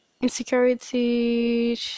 insecurity